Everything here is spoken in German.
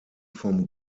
vom